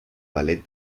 ballet